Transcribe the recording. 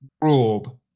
ruled